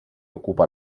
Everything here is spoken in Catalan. ocupa